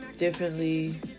Differently